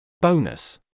Bonus